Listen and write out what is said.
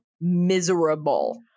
miserable